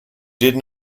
did